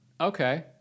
Okay